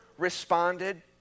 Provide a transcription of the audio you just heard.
responded